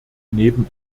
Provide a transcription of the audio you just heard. neben